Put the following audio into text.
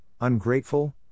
ungrateful